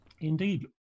Indeed